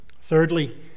Thirdly